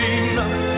enough